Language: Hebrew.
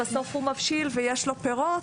בסוף הוא מבשיל ויש לו פירות,